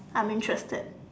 I'm interested